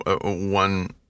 one